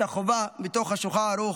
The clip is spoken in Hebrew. את החובה מתוך השולחן ערוך,